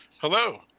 Hello